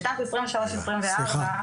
בשנת 2023, 2024,